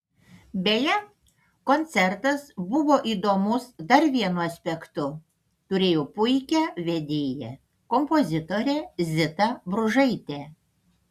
beje koncertas buvo įdomus dar vienu aspektu turėjo puikią vedėją kompozitorę zitą bružaitę